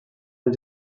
and